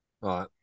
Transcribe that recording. right